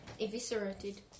eviscerated